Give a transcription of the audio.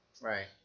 Right